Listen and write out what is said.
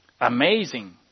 amazing